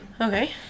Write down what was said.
Okay